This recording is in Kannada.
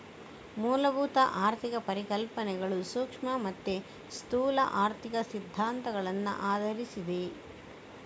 ಮೂಲಭೂತ ಆರ್ಥಿಕ ಪರಿಕಲ್ಪನೆಗಳು ಸೂಕ್ಷ್ಮ ಮತ್ತೆ ಸ್ಥೂಲ ಆರ್ಥಿಕ ಸಿದ್ಧಾಂತಗಳನ್ನ ಆಧರಿಸಿದೆ